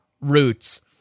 roots